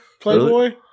Playboy